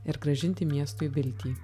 ir grąžinti miestui viltį